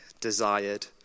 desired